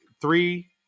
three